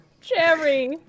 Jerry